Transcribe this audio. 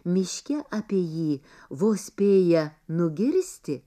miške apie jį vos spėja nugirsti